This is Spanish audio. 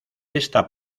esta